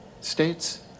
states